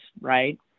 right